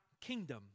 kingdom